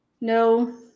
No